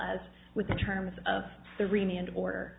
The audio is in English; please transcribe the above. as with the terms of the reunion